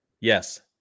Yes